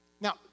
Now